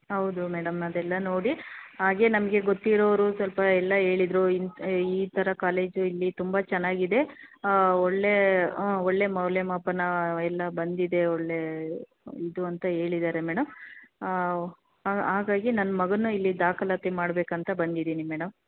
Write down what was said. ಹೌದು ಮೇಡಮ್ ಅದೆಲ್ಲ ನೋಡಿ ಹಾಗೆ ನಮಗೆ ಗೊತ್ತಿರೋರು ಸ್ವಲ್ಪ ಎಲ್ಲ ಹೇಳಿದರು ಇಂಥ ಈ ಥರ ಕಾಲೇಜು ಇಲ್ಲಿ ತುಂಬ ಚೆನ್ನಾಗಿದೆ ಒಳ್ಳೆಯ ಒಳ್ಳೆಯ ಮೌಲ್ಯಮಾಪನ ಎಲ್ಲ ಬಂದಿದೆ ಒಳ್ಳೆಯ ಇದು ಅಂತ ಹೇಳಿದ್ದಾರೆ ಮೇಡಮ್ ಹಾಗಾಗಿ ನನ್ನ ಮಗನ್ನೂ ಇಲ್ಲಿ ದಾಖಲಾತಿ ಮಾಡಬೇಕಂತ ಬಂದಿದ್ದೀನಿ ಮೇಡಮ್